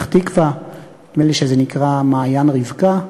נדמה לי שזה נקרא "מעיין רבקה".